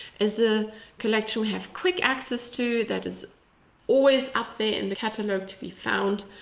is a collection we have quick access to. that is always up there in the catalogue to be found.